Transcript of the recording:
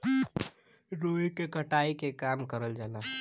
रुई के कटाई के काम करल जाला